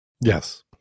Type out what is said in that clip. yes